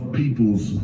people's